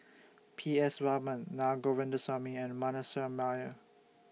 P S Raman Naa Govindasamy and Manasseh Meyer